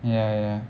ya ya ya